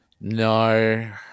No